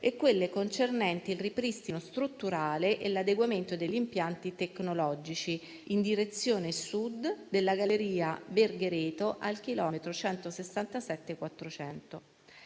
e quelli concernenti il ripristino strutturale e l'adeguamento degli impianti tecnologici in direzione Sud della galleria Verghereto al chilometro 167,400.